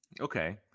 Okay